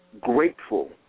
grateful